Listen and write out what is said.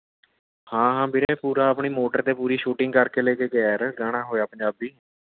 ਹਾਂ ਹਾਂ ਵੀਰੇ ਪੂਰਾ ਆਪਣੀ ਮੋਟਰ 'ਤੇ ਪੂਰੀ ਸ਼ੂਟਿੰਗ ਕਰਕੇ ਲੈ ਕੇ ਗਿਆ ਗਾਣਾ ਹੋਇਆ ਪੰਜਾਬੀ